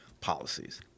policies